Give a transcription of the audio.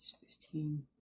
fifteen